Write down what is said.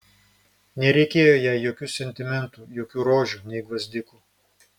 nereikėjo jai jokių sentimentų jokių rožių nei gvazdikų